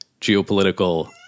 geopolitical